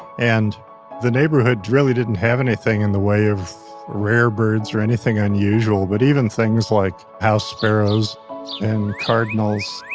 and the neighborhood really didn't have anything in the way of rare birds or anything unusual, but even things like house sparrows and cardinals,